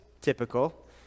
typical